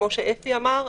כמו שאפי אמר,